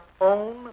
own